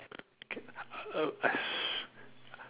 okay uh uh I